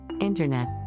Internet